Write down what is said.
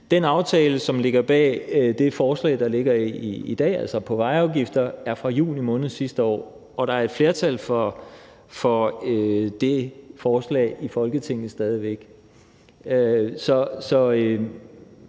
Den aftale, som ligger bag det forslag om vejudgifter, vi behandler i dag, er fra juni måned sidste år, og der er et flertal for det forslag i Folketinget stadig væk.